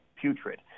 putrid